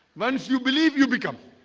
once you believe you become